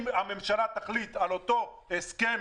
אם הממשלה תחליט על אותו הסכם,